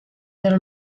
del